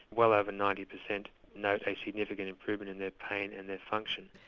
well over ninety percent note a significant improvement in their pain and their function.